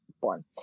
born